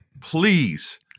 Please